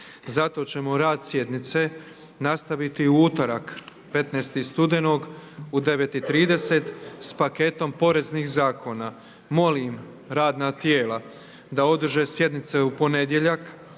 Zato ćemo rad sjednice nastaviti u utorak 15. studenog u 9,30 s paketom poreznih zakona. Molim radna tijela da održe sjednice u ponedjeljak